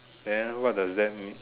then what does that mean